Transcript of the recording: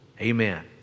Amen